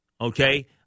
Okay